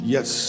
Yes